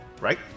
right